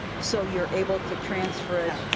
so you're able to transfer it,